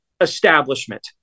establishment